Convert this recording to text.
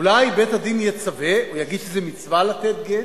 אולי בית-הדין יצווה, הוא יגיד שזו מצווה לתת גט?